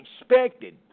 expected